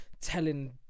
telling